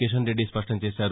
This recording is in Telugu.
కిషన్ రెడ్డి స్పష్టం చేశారు